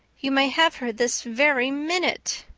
you may have her this very minute.